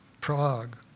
Prague